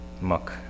muck